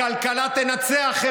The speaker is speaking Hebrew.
הכלכלה תנצח.